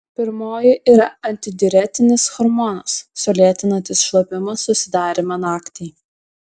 pirmoji yra antidiuretinis hormonas sulėtinantis šlapimo susidarymą naktį